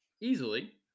easily